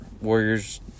Warriors